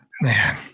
Man